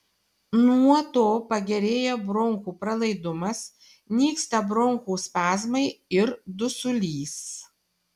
nuo to pagerėja bronchų pralaidumas nyksta bronchų spazmai ir dusulys